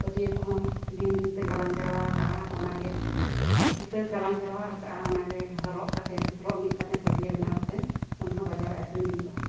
ᱯᱟᱹᱴᱤᱭᱟ ᱠᱚᱦᱚᱸ ᱫᱤᱱ ᱫᱤᱱᱛᱮ ᱜᱟᱞᱟᱝ ᱡᱟᱨᱚᱣᱟ ᱟᱠᱟᱫᱟ ᱚᱱᱟᱜᱮ ᱠᱤᱛᱟᱹ ᱜᱟᱞᱟᱝ ᱡᱟᱨᱚᱣᱟ ᱟᱠᱟᱫᱟ ᱚᱱᱟᱜᱮ ᱨᱚᱜ ᱢᱤᱫ ᱠᱟᱛᱮᱫ ᱯᱟᱹᱴᱤᱭᱟᱹ ᱵᱮᱱᱟᱣ ᱠᱟᱛᱮᱫ ᱚᱱᱟᱦᱚᱸ ᱵᱟᱡᱟᱨ ᱨᱮ ᱟᱹᱠᱷᱨᱤᱧ ᱦᱩᱭᱩᱜᱼᱟ